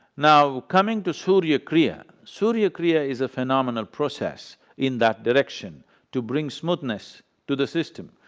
now coming to surya kriya, surya kriya is a phenomenal process in that direction to bring smoothness to the system.